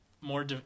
more